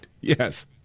Yes